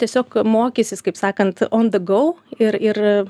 tiesiog mokysis kaip sakant on de gau ir ir